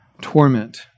torment